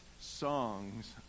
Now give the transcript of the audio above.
songs